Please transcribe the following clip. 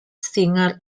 singer